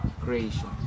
creation